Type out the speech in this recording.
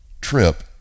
trip